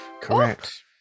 Correct